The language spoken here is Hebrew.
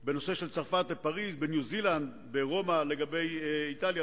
פריס בצרפת, ניו-זילנד, רומא באיטליה.